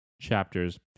chapters